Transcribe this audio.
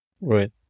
Right